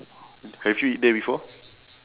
have you eat there before